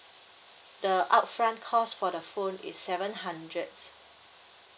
the upfront cost for the phone is seven hundreds